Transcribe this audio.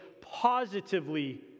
positively